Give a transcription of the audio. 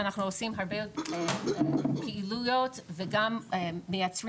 שאנחנו עושים הרבה פעילויות וגם מייצרים